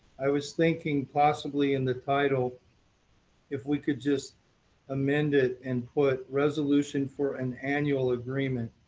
i was thinking possibly in the title if we could just amend it and put resolution for an annual agreement,